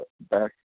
back